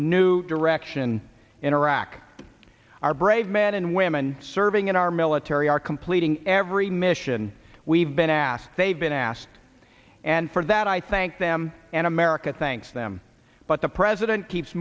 new direction in iraq our brave men and women serving in our military are completing every mission we've been asked they've been asked and for that i thank them and america thanks them but the president keeps